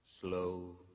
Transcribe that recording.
slow